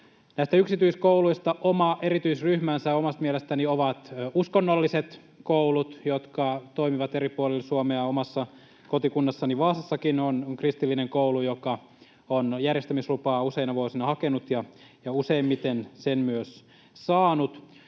Näistä yksityiskouluista oma erityisryhmänsä omasta mielestäni ovat uskonnolliset koulut, jotka toimivat eri puolilla Suomea. Omassa kotikunnassani Vaasassakin on kristillinen koulu, joka on järjestämislupaa useina vuosina hakenut ja useimmiten sen myös saanut.